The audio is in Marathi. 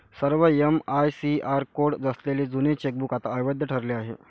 सर्व एम.आय.सी.आर कोड असलेले जुने चेकबुक आता अवैध ठरले आहे